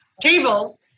table